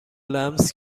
لمس